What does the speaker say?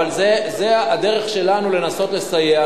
אבל זה הדרך שלנו לנסות לסייע.